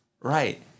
Right